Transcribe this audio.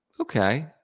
okay